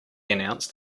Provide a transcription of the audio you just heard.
announced